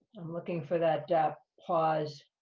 i'm looking for that pause.